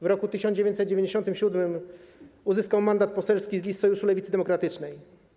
W roku 1997 r. uzyskał mandat poselski z list Sojuszu Lewicy Demokratycznej.